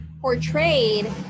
portrayed